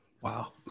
Wow